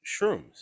shrooms